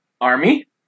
army